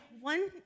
one